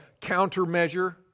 countermeasure